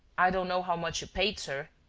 i don't know how much you paid, sir.